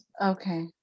okay